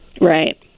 Right